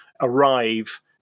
arrive